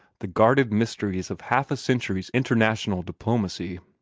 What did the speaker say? the guarded mysteries of half a century's international diplomacy.